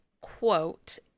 quote